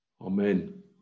Amen